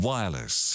Wireless